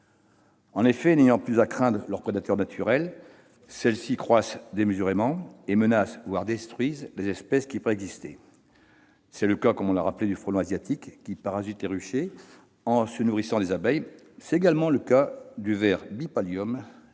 En effet, n'ayant plus à craindre leurs prédateurs naturels, elles croissent démesurément et menacent, voire détruisent, les espèces qui préexistaient. C'est le cas- cela a été rappelé -du frelon asiatique, qui parasite les ruchers en se nourrissant des abeilles. C'est également le cas du ver, dont la